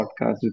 podcast